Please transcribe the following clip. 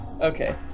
Okay